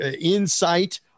insight